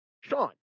Sean